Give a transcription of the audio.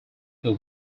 who